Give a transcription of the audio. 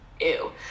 ew